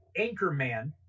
Anchorman